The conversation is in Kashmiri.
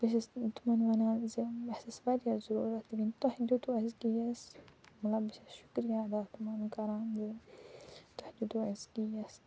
بہٕ چھَس تِمن وَنان زِ مےٚ وارِیاہ ضُروٗرتھ تۄہہِ دیُتوُ اَسہِ گیس مطلب بہٕ چھَس شُکرِیہ تِمن کَران تۄہہِ دیُتوُ اَسہِ گیس